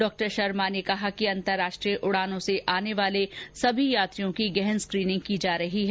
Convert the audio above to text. डॉ शर्मा ने कहा कि अंतरराष्ट्रीय उड़ानों से आने वाले सभी यात्रियों की गहन स्क्रीनिंग की जा रही है